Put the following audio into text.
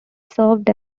served